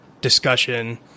discussion